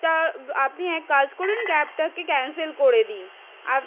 তা আপনি এক কাজ করুন ক্যাবটাকে ক্যান্সেল করে দিন আর